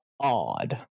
odd